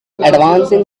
advancing